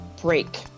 break